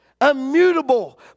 immutable